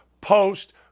post